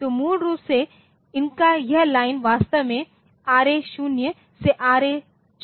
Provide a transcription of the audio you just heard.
तो मूल रूप से इनका यह लाइन वास्तव में आरए 0 से आरए 6 के लिए हैं